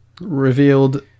revealed